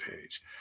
Page